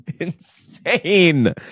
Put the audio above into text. insane